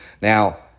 Now